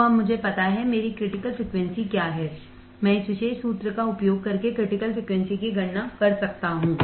तो अब मुझे पता है मेरी क्रिटिकल फ्रीक्वेंसी क्या है मैं इस विशेष सूत्र का उपयोग करके क्रिटिकल फ्रिकवेंसी की गणना कर सकता हूं